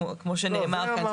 כפי שנאמר כאן.